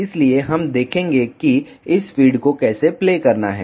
इसलिए हम देखेंगे कि इस फ़ीड को कैसे प्ले करना है